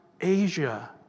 Asia